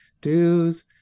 dues